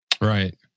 Right